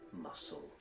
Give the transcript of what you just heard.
muscle